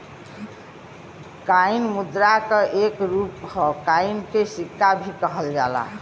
coin मुद्रा क एक रूप हौ कॉइन के सिक्का भी कहल जाला